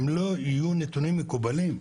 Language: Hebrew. הם לא יהיו נתונים מקובלים.